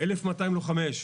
1,200 לוחמי אש.